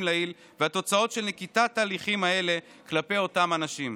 לעיל והתוצאות של נקיטת תהליכים אלה כלפי אותם אנשים.